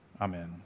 Amen